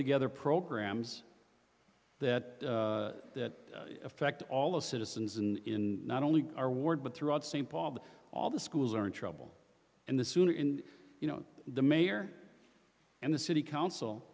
together programs that that affect all the citizens in not only our ward but throughout st paul that all the schools are in trouble and the sooner in you know the mayor and the city council